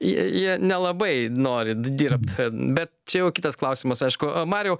jie jie nelabai nori dirbt bet čia jau kitas klausimas aišku mariau